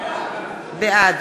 בעד